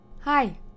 Hi